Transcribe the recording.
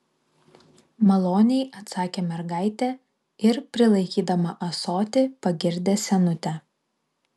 maloniai atsakė mergaitė ir prilaikydama ąsotį pagirdė senutę